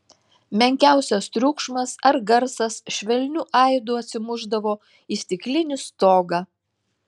menkiausias triukšmas ar garsas švelniu aidu atsimušdavo į stiklinį stogą